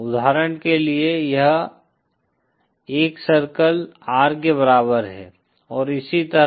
उदाहरण के लिए यह 1 सर्कल R के बराबर है और इसी तरह